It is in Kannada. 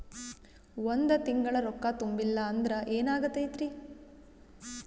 ಒಂದ ತಿಂಗಳ ರೊಕ್ಕ ತುಂಬಿಲ್ಲ ಅಂದ್ರ ಎನಾಗತೈತ್ರಿ?